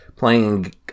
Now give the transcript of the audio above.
playing